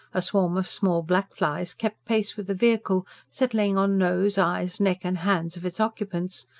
a swarm of small black flies kept pace with the vehicle, settling on nose, eyes, neck and hands of its occupants,